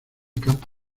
campo